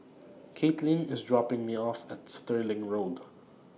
Kaitlin IS dropping Me off At Stirling Road